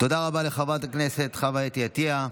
תודה רבה לחברת הכנסת חוה אתי עטייה.